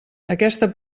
aquesta